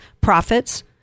profits